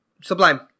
Sublime